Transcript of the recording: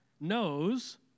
knows